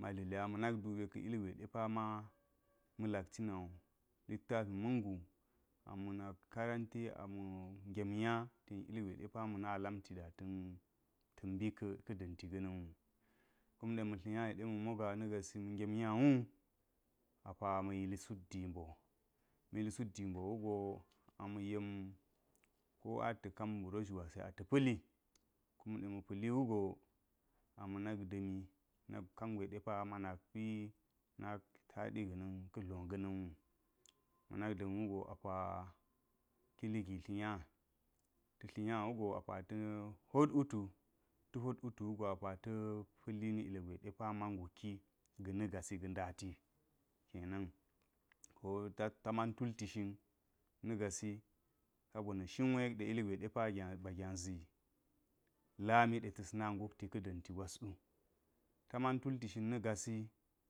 ma tlili a ma̱ na̱k dube tlagwe depa ma ma̱ lak cinawu kap jina̱n litlafi ma̱n guu a ma̱ nak karante ama̱ ngem nya ten ilgwe depi ma̱ na lamti ta̱n ambi ka̱ da̱nti ga̱na̱n wu kumɗe ma̱ tlinya de ma̱ moga ma̱ ngem nya wu apa ma̱ yil’sut dimboo ma̱ yilsut dimboo ama̱ yem kowa a ta̱ kan ba̱rush gwosi ata̱ pa̱li kumɗe ma̱ pa̱li wuga ama̱ nak taɗi ga̱na̱n ka̱ dlo ga̱ na̱ nwu ma nak dsn wugo apa kili gi tlinya, ta tlinya wugo apa ta̱ hot wutu ta̱ hot wutu go api ta̱ pa̱li ni ilgwe depa ma nguki ga̱ na̱ gasi ga̱ nda tiwu, ko ta man tulti shin na̱ gasi sabo na̱ shin wo yek ɗe ilgwe depa gyazi ba gyazi lamide te̱s na nguk ka da̱nti gwaswu ta man tulti shin na̱ gasi.